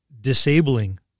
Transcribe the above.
disabling